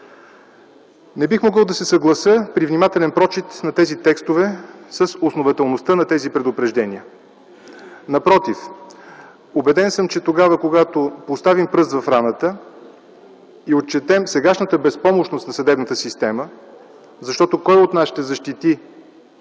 Не бих могъл да се съглася, при внимателен прочит на тези текстове, с основателността на тези предупреждения. Напротив. Убеден съм, че тогава, когато поставим пръст в раната и отчетем сегашната безпомощност на съдебната система, защото кой от нас ще защити